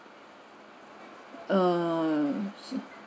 err